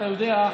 אתה יודע,